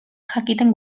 jakiten